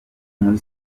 muri